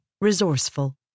Resourceful